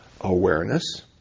Awareness